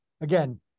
Again